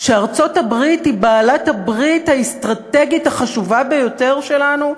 שארצות-הברית היא בעלת-הברית האסטרטגית החשובה ביותר שלנו?